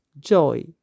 joy